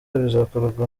bizakorwa